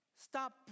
stop